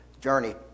journey